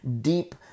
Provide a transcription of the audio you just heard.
deep